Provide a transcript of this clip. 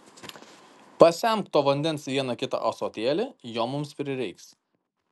pasemk to vandens vieną kitą ąsotėlį jo mums prireiks